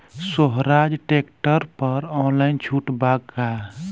सोहराज tractor पर online छूट बा का?